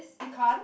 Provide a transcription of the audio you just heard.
we can't